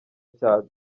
cyabyo